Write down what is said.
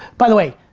by the way,